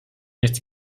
nichts